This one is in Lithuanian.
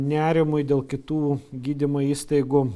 nerimui dėl kitų gydymo įstaigų